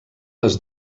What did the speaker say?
les